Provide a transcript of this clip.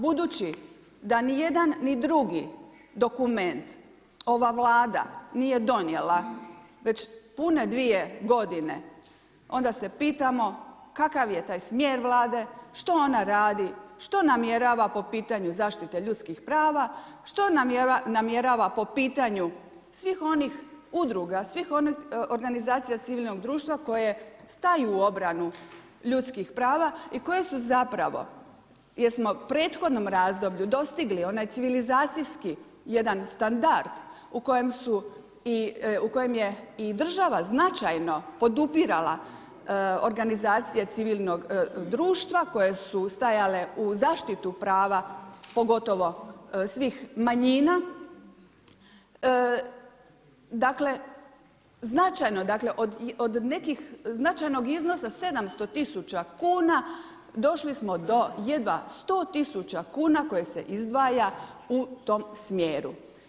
Budući da nijedan ni drugi dokument ova Vlada nije donijela već pune dvije godine onda se pitamo kakav je taj smjer Vlade, što ona radi, što namjerava po pitanju zaštite ljudskih prava, što namjerava po pitanju svih onih udruga, svih onih organizacija civilnog društva koje staju u obranu ljudskih prava i koje su jer smo u prethodnom razdoblju dostigli onaj civilizacijski jedan standard u kojem je i država značajno podupirala organizacije civilnog društva koje su stajale u zaštitu prava pogotovo svih manjina, dakle od nekih značajnog iznosa 700 tisuća kuna došli smo do jedva 100 tisuća kuna koje se izdvaja u tom smjeru.